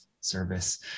service